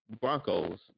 Broncos